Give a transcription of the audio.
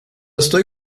estoy